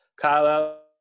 Kyle